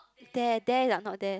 there there like not there